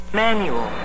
manual